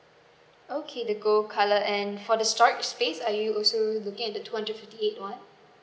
okay the gold color and for the storage space are you also looking at the two hundred fifty eight [one]